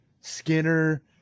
Skinner